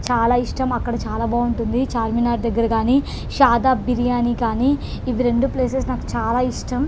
చాలా ఇష్టం అక్కడ చాలా బాగుంటుంది చార్మినార్ దగ్గర కానీ షాదాబ్ బిర్యానీ కానీ ఇవి రెండు ప్లేసెస్ నాకు చాలా ఇష్టం